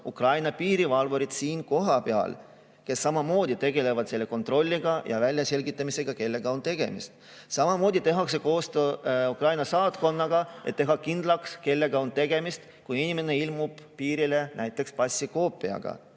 Ukraina piirivalvurid, kes samamoodi tegelevad sellise kontrolli ja väljaselgitamisega, kellega on tegemist. Samamoodi tehakse koostööd Ukraina saatkonnaga, et teha kindlaks, kellega on tegemist, kui inimene ilmub piirile näiteks passi koopiaga.